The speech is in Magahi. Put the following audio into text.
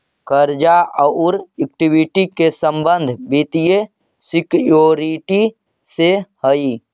कर्जा औउर इक्विटी के संबंध वित्तीय सिक्योरिटी से हई